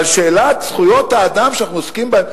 אבל שאלת זכויות האדם שאנחנו עוסקים בה,